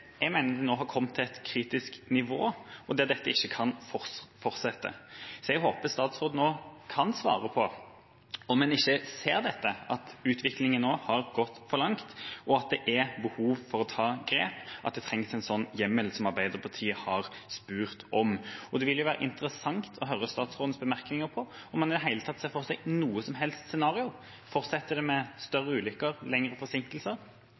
Jeg mener det nå har kommet til et kritisk nivå og at dette ikke kan fortsette. Jeg håper statsråden kan svare på om en ikke ser dette, at utviklingen nå har gått for langt, at det er behov for å ta grep, og at det trengs en slik hjemmel som Arbeiderpartiet har spurt om. Det ville være interessant å høre statsrådens bemerkninger om hvorvidt han i det hele tatt ser for seg noe som helst scenario. Fortsetter det med større ulykker og lengre forsinkelser?